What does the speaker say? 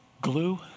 glue